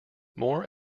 more